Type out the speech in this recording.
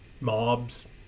mobs